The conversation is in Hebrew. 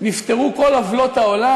נפתרו כל עוולות העולם.